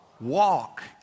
Walk